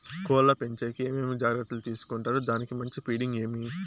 కోళ్ల పెంచేకి ఏమేమి జాగ్రత్తలు తీసుకొంటారు? దానికి మంచి ఫీడింగ్ ఏమి?